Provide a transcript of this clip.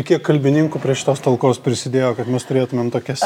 kiek kalbininkų prie šitos talkos prisidėjo kad mes turėtumėm tokias